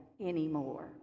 anymore